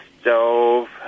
stove